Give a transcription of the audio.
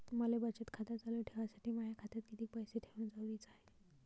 मले बचत खातं चालू ठेवासाठी माया खात्यात कितीक पैसे ठेवण जरुरीच हाय?